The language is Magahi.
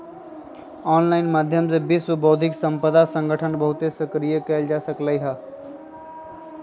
ऑनलाइन माध्यम से विश्व बौद्धिक संपदा संगठन बहुते सक्रिय कएल जा सकलई ह